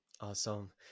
Awesome